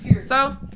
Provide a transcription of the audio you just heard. So-